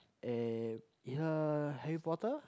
eh either Harry-Potter